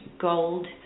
gold